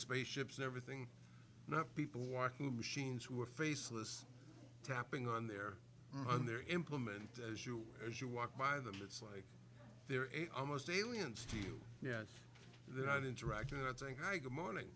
spaceships everything not people walking machines were faceless tapping on their on their implement as you as you walk by them it's like they're eight almost aliens to you yet they're not interacting and i think i good morning